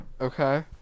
Okay